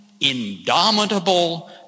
indomitable